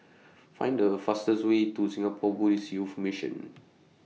Find The fastest Way to Singapore Buddhist Youth Mission